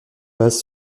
base